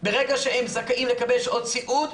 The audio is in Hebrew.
ברגע שהם זכאים לקבל שעות סיעוד,